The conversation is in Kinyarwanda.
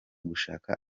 gushaka